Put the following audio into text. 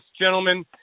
gentlemen